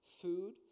food